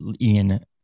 Ian